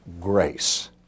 grace